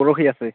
পৰহি আছে